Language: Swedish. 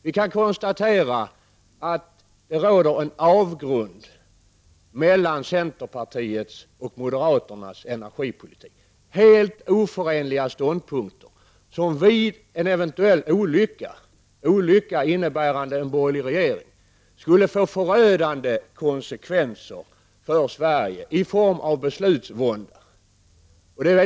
Vi kan konstatera att det skiljer en avgrund mellan centerpartisters och moderaters energipolitik. Det rör sig om helt oförenliga ståndpunkter som vid en eventuell olycka — med olycka avses en borgerlig regering — skulle få förödande konsekvenser för Sverige i form av beslutsvåndor.